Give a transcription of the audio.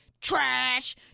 Trash